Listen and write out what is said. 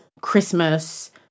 Christmas